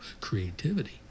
creativity